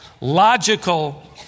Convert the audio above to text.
logical